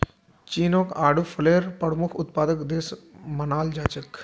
चीनक आडू फलेर प्रमुख उत्पादक देश मानाल जा छेक